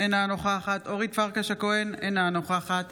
אינה נוכחת